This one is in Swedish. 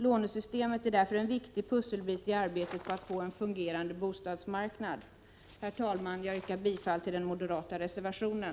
Lånesystemet är därför en viktig pusselbit i arbetet på att få en fungerande bostadsmarknad. Herr talman! Jag yrkar bifall till den moderata reservationen.